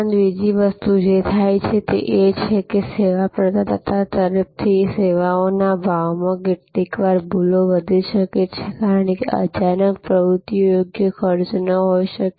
ઉપરાંત બીજી વસ્તુ જે થાય છે તે એ છે કે સેવા પ્રદાતા તરફથી સેવાઓના ભાવમાં કેટલીકવાર ભૂલો વધી શકે છે કારણ કે અચાનક પ્રવૃત્તિઓનો યોગ્ય ખર્ચ ન થઈ શકે